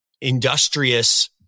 industrious